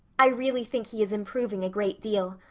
i really think he is improving a great deal.